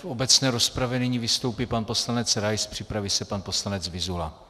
V obecné rozpravě nyní vystoupí pan poslanec Rais, připraví se pan poslanec Vyzula.